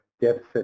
deficit